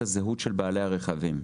אנחנו לא יודעים את זהות בעלי הרכבים.